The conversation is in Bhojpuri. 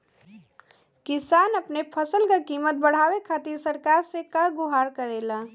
किसान अपने फसल क कीमत बढ़ावे खातिर सरकार से का गुहार करेला?